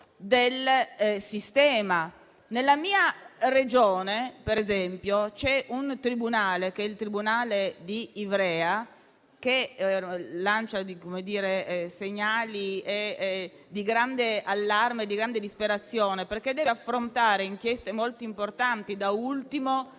del sistema. Nella mia Regione, per esempio, il tribunale di Ivrea lancia segnali di grande allarme e disperazione, perché deve affrontare inchieste molto importanti, da ultima